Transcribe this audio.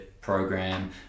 program